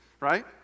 right